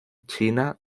china